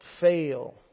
fail